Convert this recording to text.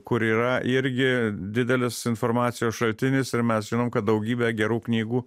kur yra irgi didelis informacijos šaltinis ir mes žinom kad daugybė gerų knygų